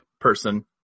person